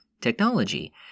technology